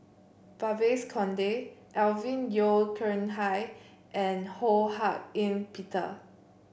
Babes Conde Alvin Yeo Khirn Hai and Ho Hak Ean Peter